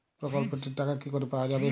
প্রকল্পটি র টাকা কি করে পাওয়া যাবে?